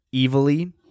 evilly